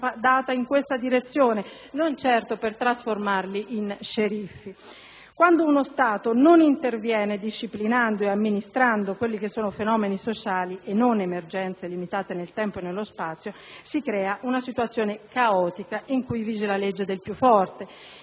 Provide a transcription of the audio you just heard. ma in questa direzione, non certo per trasformarli in sceriffi. Quando uno Stato non interviene disciplinando e amministrando quelli che sono fenomeni sociali e non emergenze limitate nel tempo e nello spazio, si crea una situazione caotica in cui vige la legge del più forte: